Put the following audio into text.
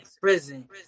prison